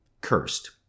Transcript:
cursed